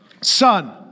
son